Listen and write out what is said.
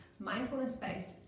mindfulness-based